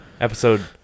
Episode